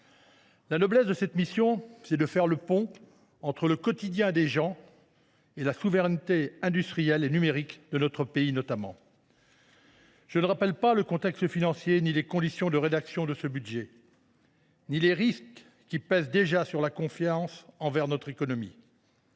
La noblesse de cette mission, c’est de faire le pont entre le quotidien des gens et la souveraineté industrielle et numérique de notre pays. Je ne rappellerai pas le contexte financier et les conditions dans lesquelles ce budget a été rédigé ni les risques qui pèsent déjà sur la confiance dans notre économie.